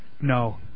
No